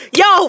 yo